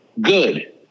Good